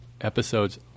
episodes